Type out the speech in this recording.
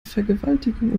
vergewaltigung